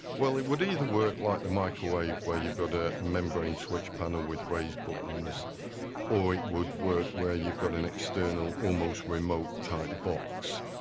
well it would either work like the microwave where you've got a membrane switch panel with raised buttons or it would work where you've got an external almost remote type box.